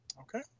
okay